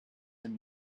and